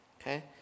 Okay